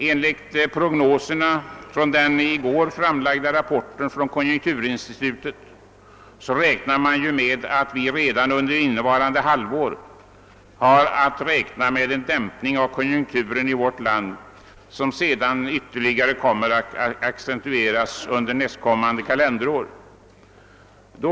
Enligt prognoserna i den under gårdagen framlagda rapporten från konjunkturinstitutet räknar man med att vi redan under innevarande halvår kommer att få en dämpning av konjunkturen i vårt land, vilken ytterligare torde accentueras under nästkommande kalenderår.